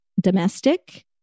domestic